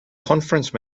conference